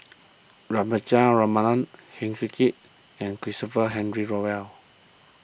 Heng Swee Keat and Christopher Henry Rothwell